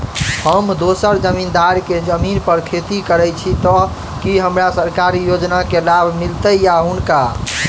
हम दोसर जमींदार केँ जमीन पर खेती करै छी तऽ की हमरा सरकारी योजना केँ लाभ मीलतय या हुनका?